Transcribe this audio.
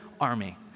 army